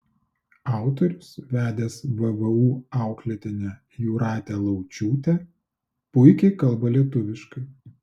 autorius vedęs vvu auklėtinę jūratę laučiūtę puikiai kalba lietuviškai